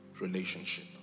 relationship